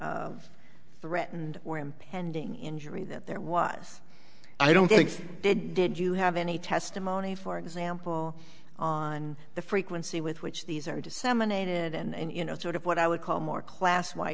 of threatened or impending injury that there was i don't think did you have any testimony for example on the frequency with which these are disseminated and you know sort of what i would c